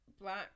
black